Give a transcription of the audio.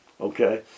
Okay